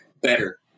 better